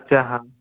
अच्छा हां